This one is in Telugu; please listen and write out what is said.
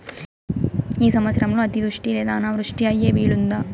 ఈ సంవత్సరంలో అతివృష్టి లేదా అనావృష్టి అయ్యే వీలుందా?